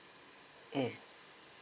um